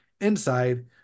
inside